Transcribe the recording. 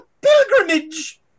pilgrimage